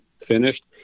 finished